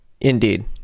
Indeed